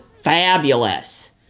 fabulous